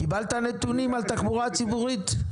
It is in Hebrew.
קיבלת את הנתונים על התחבורה הציבורית?